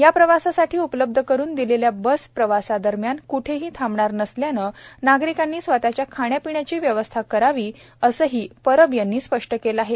या प्रवासासाठी उपलब्ध करून दिलेल्या बस प्रवासादरम्यान क्ठेही थांबणार नसल्यानं नागरिकांनी स्वतःच्या खाण्यापिण्याची व्यवस्था करावी असंही परब यांनी स्पष्ट केलं आहे